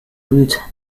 route